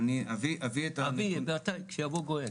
אני אביא --- מתי, כשיבוא הגואל.